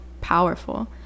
powerful